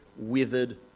withered